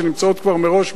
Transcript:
שנמצאות כבר מראש בבעיה.